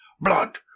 Blood